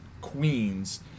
queens